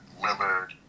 Lillard